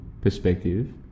perspective